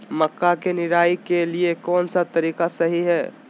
मक्का के निराई के लिए कौन सा तरीका सही है?